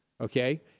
okay